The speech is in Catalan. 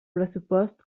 pressupost